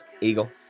eagle